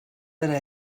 per